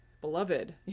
beloved